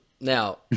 now